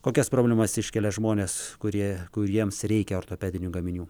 kokias problemas iškelia žmonės kurie kuriems reikia ortopedinių gaminių